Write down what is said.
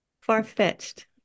far-fetched